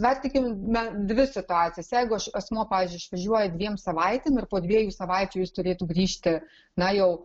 mes tikim na dvi situacijas jeigu asmuo pavyzdžiui išvažiuoja dviem savaitėm ir po dviejų savaičių jis turėtų grįžti na jau